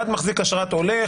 אחד מחזיק אשרת עולה,